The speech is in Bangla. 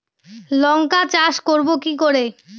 লঙ্কা চাষ করব কি করে?